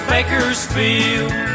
Bakersfield